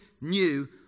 new